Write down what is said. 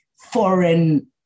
foreign